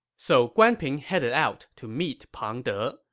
so guan ping headed out to meet pang de.